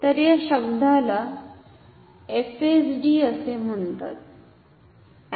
तर या शब्दाला एफएसडी असे म्हणतात